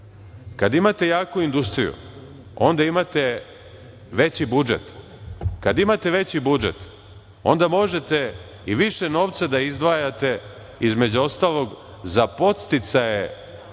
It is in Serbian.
Kada imate jaku industriju, onda imate veći budžet. Kada imate veći budžet, onda možete i više novca da izdvajate između ostalog za podsticaje